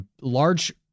large